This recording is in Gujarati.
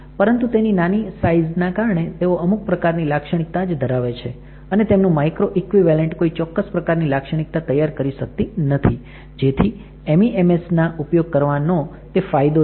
પરંતુ તેની નાની સાઈઝના કારણે તેઓ અમુક પ્રકારની લાક્ષણિકતા જ ધરાવે છે અને તેમનું માઈક્રો ઈકવિવેલન્ટ કોઈ ચોક્કસ પ્રકારની લાક્ષણિકતા તૈયાર કરી સકતી નથી જયારે MEMS ના ઉપયોગ કરવાનો તે ફાયદો છે